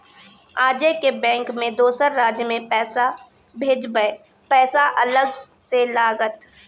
आजे के बैंक मे दोसर राज्य मे पैसा भेजबऽ पैसा अलग से लागत?